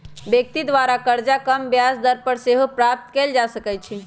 व्यक्ति द्वारा करजा कम ब्याज दर पर सेहो प्राप्त कएल जा सकइ छै